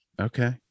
okay